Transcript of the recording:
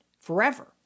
forever